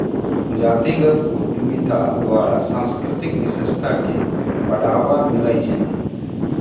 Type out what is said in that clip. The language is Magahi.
जातीगत उद्यमिता द्वारा सांस्कृतिक विशेषता के बढ़ाबा मिलइ छइ